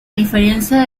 diferencia